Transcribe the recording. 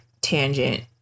tangent